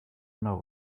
know